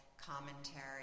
commentary